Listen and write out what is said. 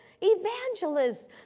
evangelists